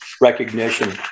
recognition